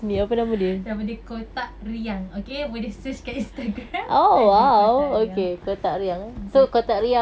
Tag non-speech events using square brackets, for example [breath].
[laughs] nama dia kotak riang okay boleh search kat Instagram [laughs] pada kotak riang [breath] okay